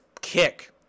kick